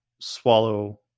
swallow